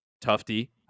Tufty